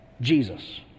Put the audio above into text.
Jesus